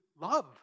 love